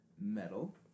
metal